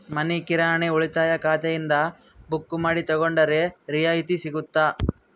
ಮನಿ ಕಿರಾಣಿ ಉಳಿತಾಯ ಖಾತೆಯಿಂದ ಬುಕ್ಕು ಮಾಡಿ ತಗೊಂಡರೆ ರಿಯಾಯಿತಿ ಸಿಗುತ್ತಾ?